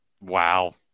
Wow